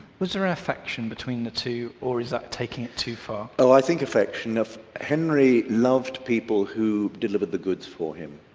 was there ah affection between the two or is that taking it too far? oh i think affection henry loved people who delivered the goods for him,